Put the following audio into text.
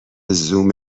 زوم